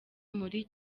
muri